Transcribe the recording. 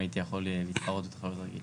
אם הייתי יכול להתחרות בתחרויות רגילות.